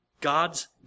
God's